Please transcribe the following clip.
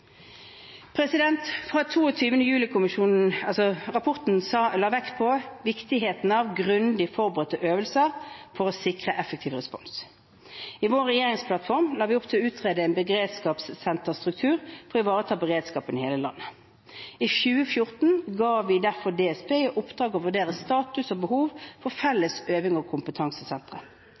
fra 22. juli-kommisjonen la vekt på viktigheten av grundig forberedte øvelser for å sikre effektiv respons. I vår regjeringsplattform la vi opp til å utrede en beredskapssenterstruktur for å ivareta beredskapen i hele landet. I 2014 ga vi derfor DSB i oppdrag å vurdere status og behov for felles øvings- og kompetansesentre.